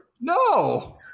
No